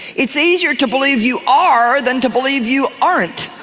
it's easier to believe you are than to believe you aren't,